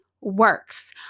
works